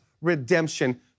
redemption